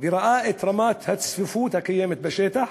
וראה את רמת הצפיפות הקיימת בשטח?